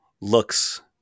looks